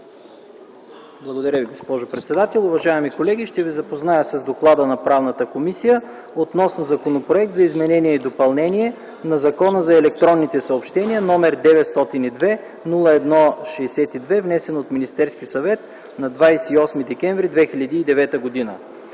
Уважаема госпожо председател, уважаеми колеги, ще ви запозная с доклада на Правната комисия относно Законопроект за изменение и допълнение на Закона за електронните съобщения, № 902-01-62, внесен от Министерския съвет на 28 декември 2009 г.